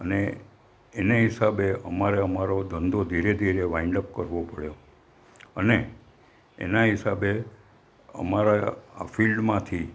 અને એને હિસાબે અમારે અમારો ધંધો ધીરે ધીરે વાઈન્ડઅપ કરવો પડ્યો અને એના હિસાબે અમારા ફિલ્ડમાંથી